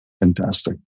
Fantastic